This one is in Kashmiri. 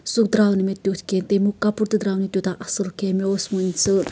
سُہ درٛاو نہٕ مےٚ تیُتھ کیٚنٛہہ تِمیُک کَپُر تہِ درٛاو نہٕ تیوٗتاہ اصل کیٚنٛہہ مےٚ اوس وُنہِ سُہ